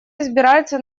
избирается